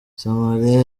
somalia